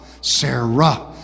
Sarah